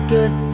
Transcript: Good